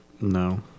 No